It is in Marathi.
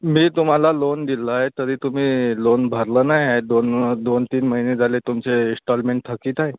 मी तुम्हाला लोन दिला आहे तरी तुम्ही लोन भरलं नाही आहे दोन दोन तीन महिने झाले तुमचे इस्टॉलमेंट थकीत आहे